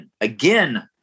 again